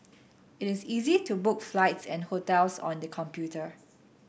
it is easy to book flights and hotels on the computer